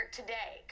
today